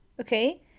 Okay